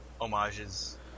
homages